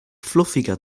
fluffiger